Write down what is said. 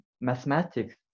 mathematics